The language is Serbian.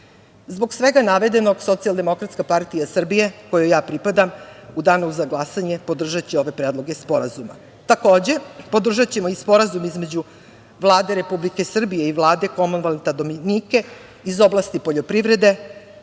Zbog svega navedenog Socijaldemokratska partija Srbije kojoj ja pripadam u danu za glasanje podržaće ove predloge sporazuma. Takođe, podržaćemo i Sporazum između Vlade Republike Srbije i Vlade Komolvelta Dominike iz oblasti poljoprivrede,